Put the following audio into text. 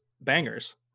bangers